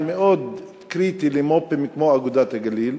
מאוד קריטי למו"פים כמו "אגודת הגליל",